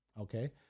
Okay